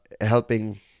helping